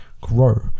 grow